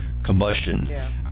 Combustion